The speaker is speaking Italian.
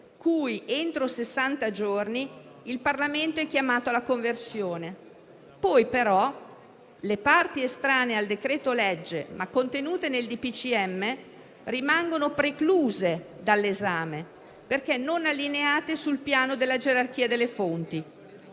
sessanta giorni, il Parlamento è chiamato a convertire. Poi però le parti estranee al decreto-legge, ma contenute nel DPCM, rimangono precluse dall'esame, perché non allineate sul piano della gerarchia delle fonti.